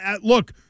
look